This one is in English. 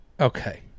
Okay